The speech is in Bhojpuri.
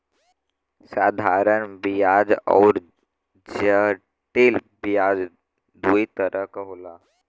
साधारन बियाज अउर जटिल बियाज दूई तरह क होला